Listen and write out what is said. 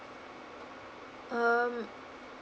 um